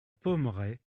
pommerais